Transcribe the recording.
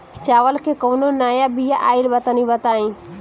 चावल के कउनो नया बिया आइल बा तनि बताइ?